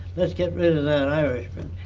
let's get rid of that irish man!